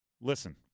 Listen